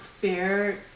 fair